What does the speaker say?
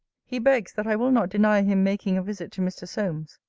he begs, that i will not deny him making a visit to mr. solmes.